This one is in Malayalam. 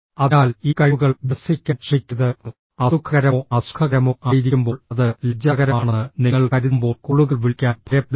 അതിനാൽ ഈ കഴിവുകൾ വികസിപ്പിക്കാൻ ശ്രമിക്കരുത് അസുഖകരമോ അസുഖകരമോ ആയിരിക്കുമ്പോൾ അത് ലജ്ജാകരമാണെന്ന് നിങ്ങൾ കരുതുമ്പോൾ കോളുകൾ വിളിക്കാൻ ഭയപ്പെടുന്നു